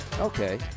Okay